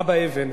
אבא אבן.